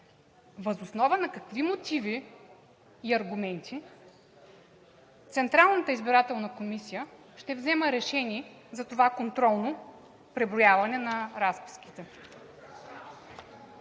Въз основа на какви мотиви и аргументи Централната избирателна комисия ще взема решение за това контролно преброяване на разписките?